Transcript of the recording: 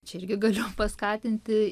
čia irgi galiu paskatinti